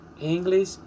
English